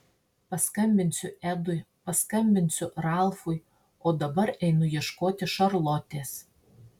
paskambinsiu edui paskambinsiu ralfui o dabar einu ieškoti šarlotės